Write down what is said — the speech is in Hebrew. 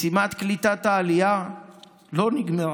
משימת קליטת העלייה לא נגמרה.